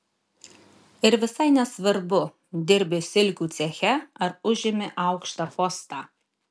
ir visai nesvarbu dirbi silkių ceche ar užimi aukštą postą